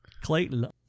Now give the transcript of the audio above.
clayton